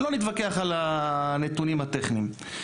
לא נתווכח על הנתונים הטכניים.